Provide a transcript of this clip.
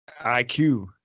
IQ